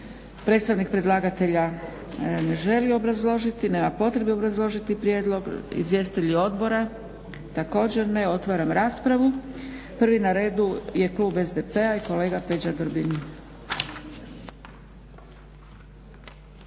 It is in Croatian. Predstavnik ne želi obrazložiti, nema potrebe obrazložiti prijedlog. Izvjestitelji odbora također ne. Otvaram raspravu. Prvi na redu je klub SDP-a i kolega Peđa Grbin.